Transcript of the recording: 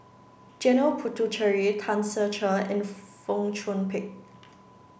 Janil Puthucheary Tan Ser Cher and Fong Chong Pik